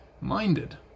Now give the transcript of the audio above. minded